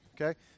Okay